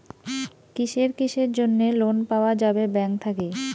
কিসের কিসের জন্যে লোন পাওয়া যাবে ব্যাংক থাকি?